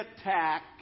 attack